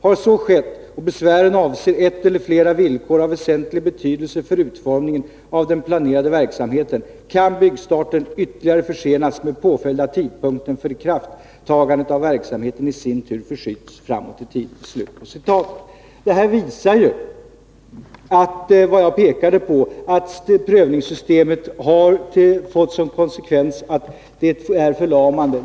Har så skett och besvären avser ett eller flera villkor av väsentlig betydelse för utformningen av den planerade verksamheten kan byggstarten ytterligare försenas med påföljd att tidpunkten för idrifttagandet av verksamheten i sin tur förskjuts framåt i tiden.” Det här visar vad jag pekade på, nämligen att prövningssystemet har fått som konsekvens att det är förlamande.